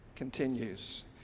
continues